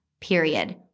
period